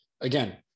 Again